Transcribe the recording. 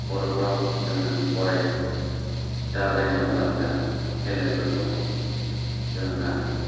खर'फ्राव जोङो गराइ दाब्रायनायाव गानग्रा हेलमेट फोरखौहाय जोङो गाननांगोन